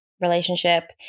relationship